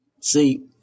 See